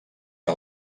que